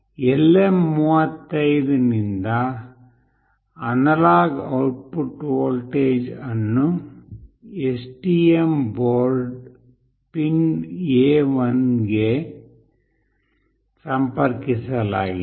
LM35 ನಿಂದ analogue output voltage ಅನ್ನು STM ಬೋರ್ಡ್ನ ಪಿನ್ A1 ಗೆ ಸಂಪರ್ಕಿಸಲಾಗಿದೆ